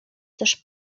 też